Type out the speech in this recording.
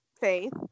Faith